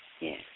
Yes